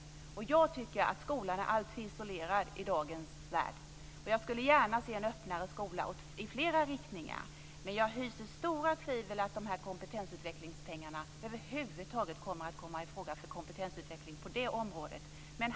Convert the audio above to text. Jag tycker att skolan är alltför isolerad i dagens värld. Jag skulle gärna se en öppnare skola i flera riktningar, men jag hyser stora tvivel vad gäller att de här kompetensutvecklingspengarna över huvud taget kommer att komma i fråga för kompetensutveckling på det området.